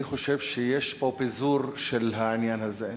אני חושב שיש פה פיזור של העניין הזה.